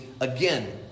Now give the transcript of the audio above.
Again